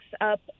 up